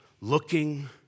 looking